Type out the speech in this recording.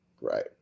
Right